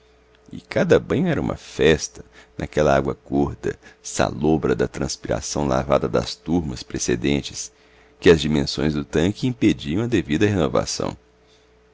e cada banho era uma festa naquela água gorda salobra da transpiração lavada das turmas precedentes que as dimensões do tanque impediam a devida renovação